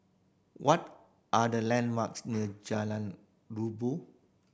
what are the landmarks near Jalan Rabu